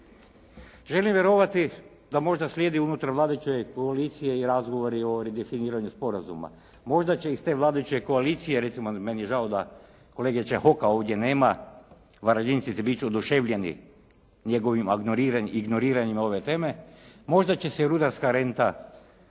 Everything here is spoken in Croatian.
Želim vjerovati da možda slijedi unutar vladajuće koalicije i razgovori o redefiniranju sporazuma. Možda će iz te vladajuće koalicije, recimo meni je žao da kolege Čehoka ovdje nema. Varaždinci će biti oduševljeni njegovim ignoriranjem ove teme. Možda će se rudarska renta